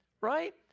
right